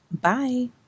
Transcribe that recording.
Bye